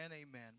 amen